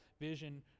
vision